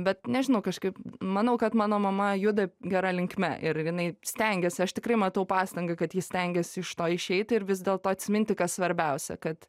bet nežinau kažkaip manau kad mano mama juda gera linkme ir jinai stengiasi aš tikrai matau pastangą kad ji stengiasi iš to išeit ir vis dėlto atsiminti kas svarbiausia kad